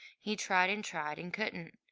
he tried and tried and couldn't.